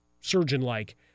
surgeon-like